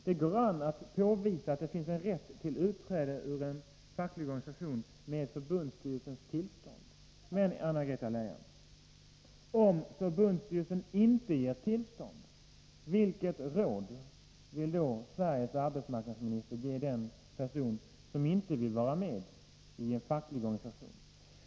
Det går an att påvisa att det finns en rätt till utträde ur en facklig organisation med förbundsstyrelsens tillstånd. Men om förbundsstyrelsen inte ger tillstånd, vilket råd vill då Sveriges arbetsmarknadsminister ge den person som inte vill vara med i en facklig organisation?